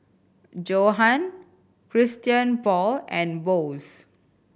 Johan Christian Paul and Bose